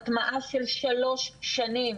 הטמעה של שלוש שנים,